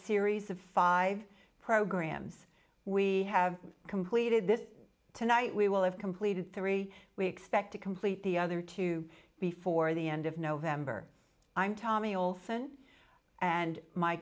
series of five programs we have completed this tonight we will have completed three we expect to complete the other two before the end of november i'm tommy olsen and my